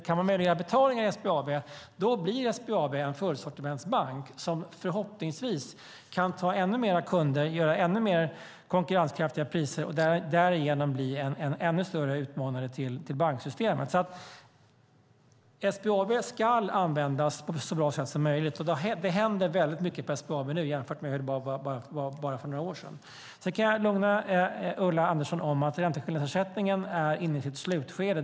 Kan man möjliggöra betalningar i SBAB blir SBAB en fullsortimentsbank som förhoppningsvis kan ta ännu mer kunder, erbjuda ännu mer konkurrenskraftiga priser och därigenom bli en ännu större utmanare till banksystemet. SBAB skall användas på ett så bra sätt som möjligt. Det händer väldigt mycket på SBAB nu jämfört med hur det var för bara några år sedan. Sedan kan jag lugna Ulla Andersson med att arbetet med ränteskillnadsersättningen är inne i sitt slutskede.